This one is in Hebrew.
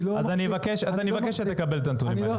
אני מבקש שנקבל את הנתונים הללו.